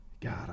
God